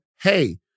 hey